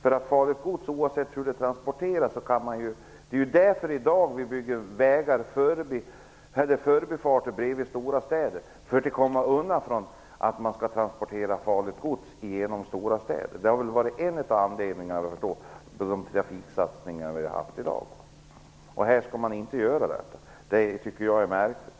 Det är ju för att undvika transporter av farligt gods genom stora städer som man i dag bygger förbifarter utanför de stora städerna. Det har varit en av anledningarna till de trafiksatsningar som har gjorts. I det här fallet skall man inte göra detta. Det tycker jag är märkligt.